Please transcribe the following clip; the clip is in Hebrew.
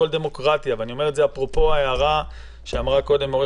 אבל ככל שמדובר בילדים ושמענו קודם את